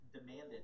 demanded